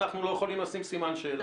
אנחנו לא יכולים לשים סימן שאלה.